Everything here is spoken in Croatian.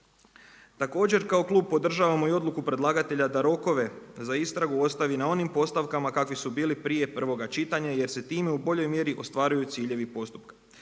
Također kao klub podržavamo i odluku predlagatelja da rokove za istragu ostavi na onim postavkama kakvi su bili prije prvoga čitanja jer se time u boljoj mjeri ostvaruju ciljevi postupka.